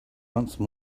once